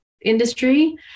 industry